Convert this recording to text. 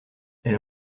elle